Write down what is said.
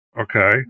Okay